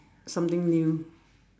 something new